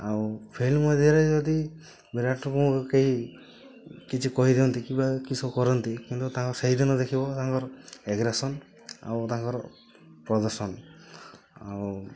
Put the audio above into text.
ଆଉ ଫିଲ୍ଡ ମଧ୍ୟରେ ଯଦି ବିରାଟଙ୍କୁ କେହି କିଛି କହି ଦିଅନ୍ତି କି ବା କିସ କରନ୍ତି କିନ୍ତୁ ତାଙ୍କ ସେଇଦିନ ଦେଖିବ ତାଙ୍କର ଆଗ୍ରେସନ୍ ଆଉ ତାଙ୍କର ପ୍ରଦର୍ଶନ ଆଉ